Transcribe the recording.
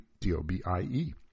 D-O-B-I-E